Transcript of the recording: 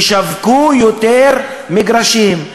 תשווקו יותר מגרשים,